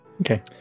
Okay